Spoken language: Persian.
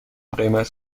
قیمت